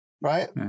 right